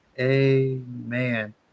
Amen